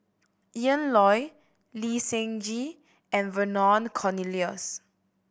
Ian Loy Lee Seng Gee and Vernon Cornelius